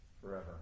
forever